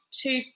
two